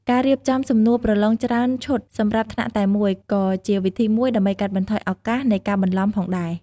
ការរៀបចំសំណួរប្រឡងច្រើនឈុតសម្រាប់ថ្នាក់តែមួយក៏ជាវិធីមួយដើម្បីកាត់បន្ថយឱកាសនៃការបន្លំផងដែរ។